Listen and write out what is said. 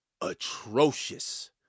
atrocious